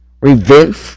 revenge